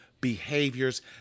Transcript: behaviors